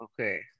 okay